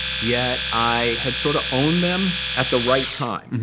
yet, i had sort of owned them at the right time.